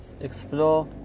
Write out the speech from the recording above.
explore